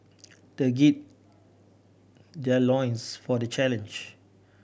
they gird their loins for the challenge